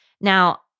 Now